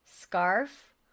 scarf